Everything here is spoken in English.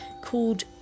called